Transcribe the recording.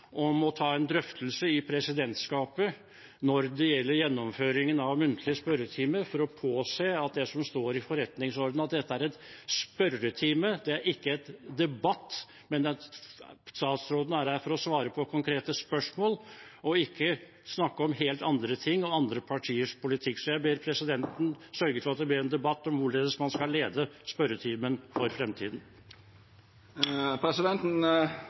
om å ta en drøftelse i presidentskapet når det gjelder gjennomføringen av muntlig spørretime, for å påse det som står i forretningsordenen, at dette er en spørretime, ikke en debatt. Statsråden er her for å svare på konkrete spørsmål og ikke snakke om helt andre ting og andre partiers politikk. Jeg ber presidenten sørge for at det blir en debatt om hvorledes man skal lede spørretimen for fremtiden. Presidenten